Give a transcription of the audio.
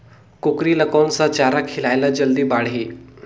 कूकरी ल कोन सा चारा खिलाय ल जल्दी बाड़ही?